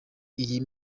iyi